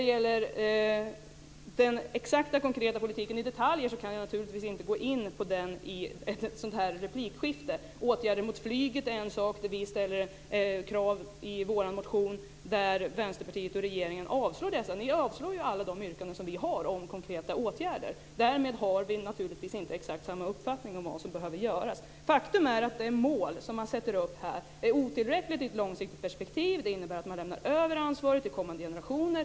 Naturligtvis kan jag inte i ett replikskifte i detalj gå in på den exakta konkreta politiken. I vår motion har vi krav när det gäller åtgärder mot flyget, men Vänsterpartiet och regeringen avstyrker de yrkandena. Ni avstyrker ju alla våra yrkanden om konkreta åtgärder. Vi har alltså inte exakt samma uppfattning om vad som behöver göras. Faktum är att det mål som här sätts upp är otillräckligt i ett långsiktigt perspektiv. Det innebär att man lämnar över ansvaret till kommande generationer.